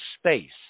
Space